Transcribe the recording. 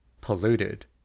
polluted